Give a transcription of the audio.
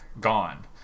gone